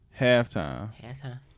halftime